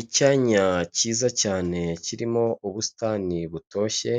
Icyanya cyiza cyane kirimo ubusitani butoshye,